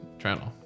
channel